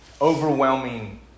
overwhelming